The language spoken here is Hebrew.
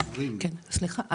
סליחה,